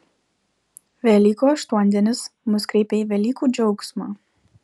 velykų aštuondienis mus kreipia į velykų džiaugsmą